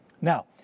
Now